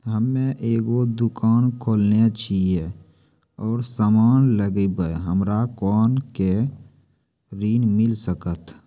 हम्मे एगो दुकान खोलने छी और समान लगैबै हमरा कोना के ऋण मिल सकत?